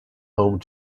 home